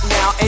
now